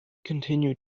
continued